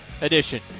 edition